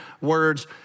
words